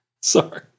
Sorry